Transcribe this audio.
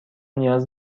نیاز